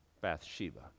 Bathsheba